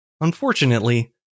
Unfortunately